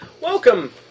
Welcome